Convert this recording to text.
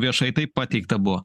viešai taip pateikta buvo